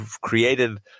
created